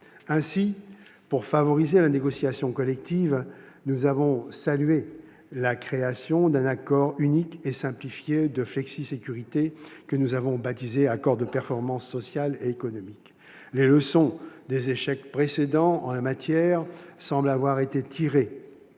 Ainsi, pour favoriser la négociation collective, nous avons approuvé la création d'un accord unique et simplifié de flexisécurité, que nous avons baptisé « accord de performance sociale et économique ». Les leçons des échecs précédents en la matière semblent avoir été tirées,